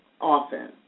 often